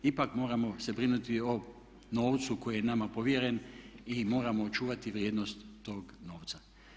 Ipak moramo se brinuti o novcu koji je nama povjeren i moramo očuvati vrijednost tog novca.